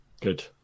Good